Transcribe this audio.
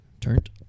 Turned